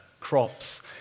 crops